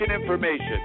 information